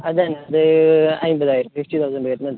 അത് അൻപതായിരം തീർച്ച വരുന്നുണ്ട്